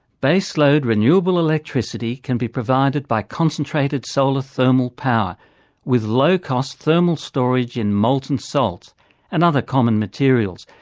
base-load renewable electricity can be provided by concentrated solar thermal power with low-cost thermal storage in molten salt and other common materials.